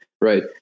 right